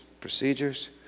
procedures